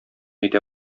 итә